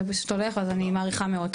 אתה פשוט הולך ואני מעריכה מאוד,